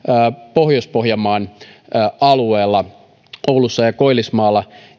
pohjois pohjanmaan alueella oulussa ja koillismaalla